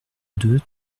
deux